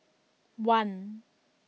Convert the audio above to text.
one